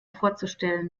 vorzustellen